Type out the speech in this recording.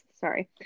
Sorry